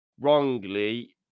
wrongly